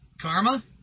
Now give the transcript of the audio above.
Karma